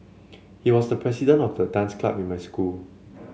he was the president of the dance club in my school